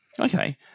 okay